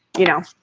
you know,